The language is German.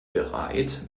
bereit